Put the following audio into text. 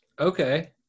Okay